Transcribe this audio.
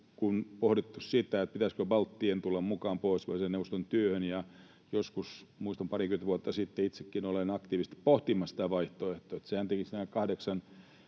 on pohdittu sitä, pitäisikö balttien tulla mukaan Pohjoismaiden neuvoston työhön. Muistan, että joskus parikymmentä vuotta sitten itsekin olen aktiivisesti pohtinut sitä vaihtoehtoa, että nämä kahdeksan